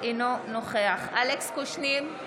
אינו נוכח אלכס קושניר,